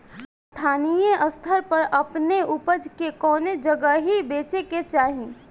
स्थानीय स्तर पर अपने ऊपज के कवने जगही बेचे के चाही?